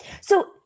So-